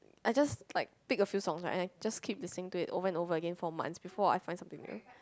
I just like take a few songs right and then just keep listening to it over and over again four months before I find something new